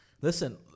listen